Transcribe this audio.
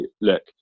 look